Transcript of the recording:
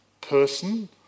person